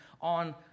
on